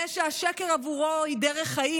זה שעבורו השקר הוא דרך חיים,